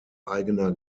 eigener